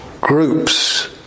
groups